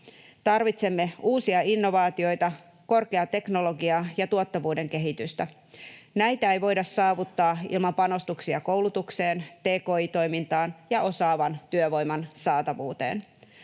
Tarvitsemme uusia innovaatioita, korkeaa teknologiaa ja tuottavuuden kehitystä. Näitä ei voida saavuttaa ilman panostuksia koulutukseen, tki-toimintaan ja osaavan työvoiman saatavuuteen.